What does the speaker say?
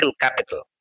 capital